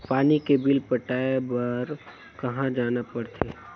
पानी के बिल पटाय बार कहा जाना पड़थे?